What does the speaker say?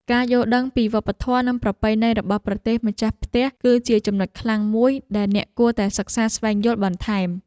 ការយល់ដឹងពីវប្បធម៌និងប្រពៃណីរបស់ប្រទេសម្ចាស់ផ្ទះគឺជាចំណុចខ្លាំងមួយដែលអ្នកគួរតែសិក្សាស្វែងយល់បន្ថែម។